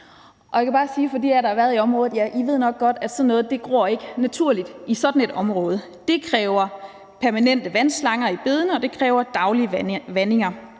Jeg kan bare sige til jer, der har været i området, at I nok godt ved, at sådan noget ikke gror naturligt i sådan et område – det kræver permanente vandslanger i bedene, og det kræver daglige vandinger.